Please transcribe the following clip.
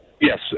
Yes